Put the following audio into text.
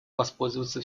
воспользоваться